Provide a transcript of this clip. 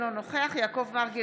אינו נוכח יעקב מרגי,